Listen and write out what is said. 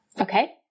Okay